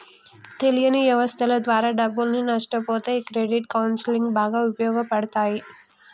తెలియని వ్యవస్థల ద్వారా డబ్బుల్ని నష్టపొతే ఈ క్రెడిట్ కౌన్సిలింగ్ బాగా ఉపయోగపడతాయి